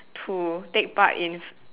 to take part in